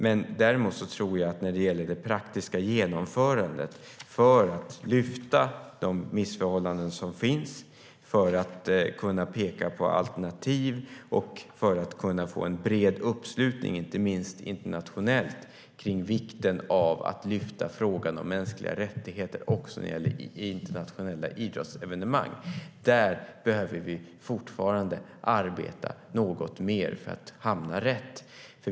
Men när det gäller det praktiska genomförandet för att lyfta de missförhållanden som finns, för att kunna peka på alternativ och för att få en bred uppslutning, inte minst internationellt, kring vikten av att lyfta frågan om mänskliga rättigheter också när det gäller internationella idrottsevenemang behöver vi fortfarande arbeta något mer för att hamna rätt.